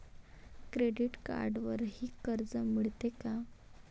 Credit कार्डवरही कर्ज मिळते का?